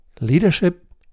Leadership